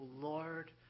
Lord